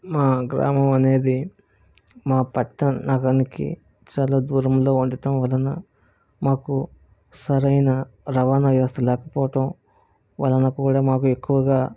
మా గ్రామం అనేది మా పట్టణానికి చాలా దూరంగా ఉండటం వలన మాకు సరైన రవాణ వ్యవస్థ లేకపోవటం వలన కూడా మాకు ఎక్కువగా